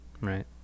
right